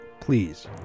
please